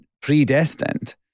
predestined